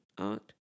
art